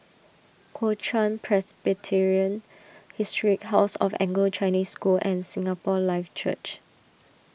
Kuo Chuan Presbyterian Historic House of Anglo Chinese School and Singapore Life Church